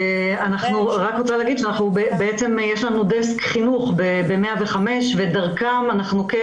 אני רוצה לומר שיש לנו דסק חינוך ב-105 ודרכם אנחנו כן